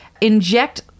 inject